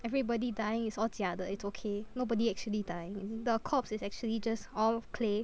everybody dying is all 假的 it's okay nobody actually dying the corpse is actually just all clay